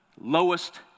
lowest